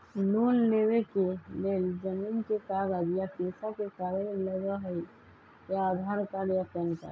Loan लेवेके लेल जमीन के कागज या पेशा के कागज लगहई या आधार कार्ड या पेन कार्ड?